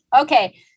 Okay